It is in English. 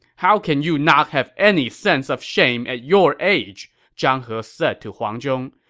how can you not have any sense of shame at your age? zhang he said to huang zhong.